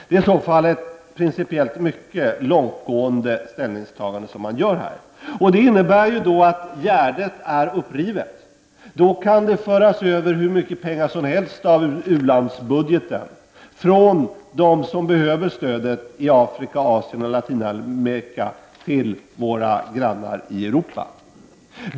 Det är i så fall ett principiellt mycket långtgående ställningstagande man gör, och det innebär då att gärdet så att säga är upprivet och att hur mycket pengar som helst kan föras över från u-landsbudgeten, från dem i Afrika, Asien och Latinamerika som behöver stödet till våra grannar i Europa.